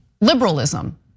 liberalism